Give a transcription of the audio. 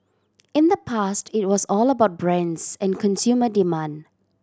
in the past it was all about brands and consumer demand